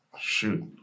shoot